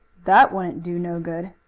that wouldn't do no good.